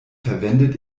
verwendet